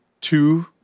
two